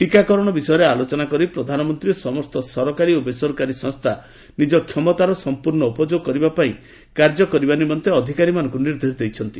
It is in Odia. ଟିକାକରଣ ବିଷୟରେ ଆଲୋଚନା କରି ପ୍ରଧାନମନ୍ତ୍ରୀ ସମସ୍ତ ସରକାରୀ ଓ ବେସରକାରୀ ସଂସ୍ଥା ନିଜ କ୍ଷମତାର ସମ୍ପର୍ଣ୍ଣ ଉପଯୋଗ କରିବା ପାଇଁ କାର୍ଯ୍ୟ କରିବା ନିମନ୍ତେ ଅଧିକାରୀମାନଙ୍କୁ ନିର୍ଦ୍ଦେଶ ଦେଇଛନ୍ତି